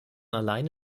alleine